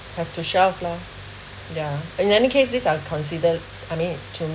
have to selves lah ya in any case these are consider I mean to